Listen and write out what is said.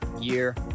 year